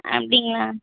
அப்படிங்களா